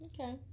Okay